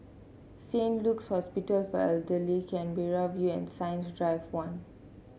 Saint Luke's Hospital for Elderly Canberra View Science Drive One